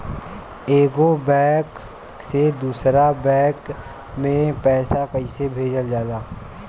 एगो बैक से दूसरा बैक मे पैसा कइसे भेजल जाई?